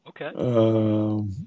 okay